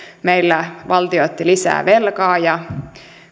meillä valtio otti lisää velkaa ja